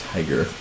Tiger